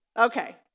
Okay